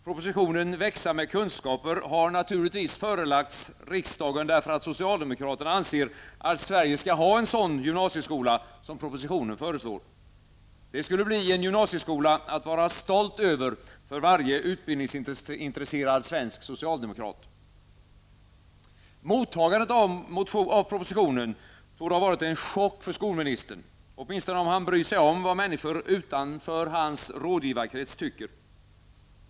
Propositionen ''Växa med kunskaper'' har naturligtvis förelagts riksdagen därför att socialdemokraterna anser att Sverige skall ha en sådan gymnasieskola som propositionen föreslår. Det skulle bli en gymnasieskola att vara stolt över för varje utbildningsintresserad svensk socialdemokrat. Mottagandet av propositionen torde ha varit en chock för skolministern -- åtminstone om han bryr sig om vad människor utanför hans rådgivarkrets tycker.